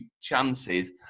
chances